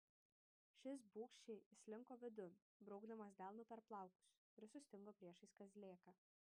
šis bugščiai įslinko vidun braukdamas delnu per plaukus ir sustingo priešais kazlėką